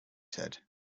said